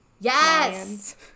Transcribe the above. Yes